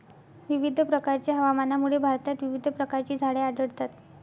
विविध प्रकारच्या हवामानामुळे भारतात विविध प्रकारची झाडे आढळतात